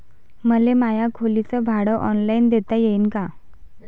मले माया खोलीच भाड ऑनलाईन देता येईन का?